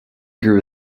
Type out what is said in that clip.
grew